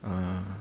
ah